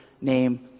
name